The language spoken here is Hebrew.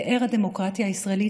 פאר הדמוקרטיה הישראלית,